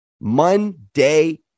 Monday